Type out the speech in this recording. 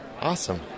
Awesome